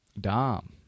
Dom